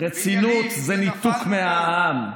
רצינות זה ניתוק מהעם,